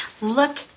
Look